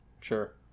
Sure